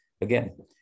Again